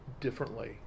differently